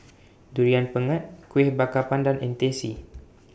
Durian Pengat Kueh Bakar Pandan and Teh C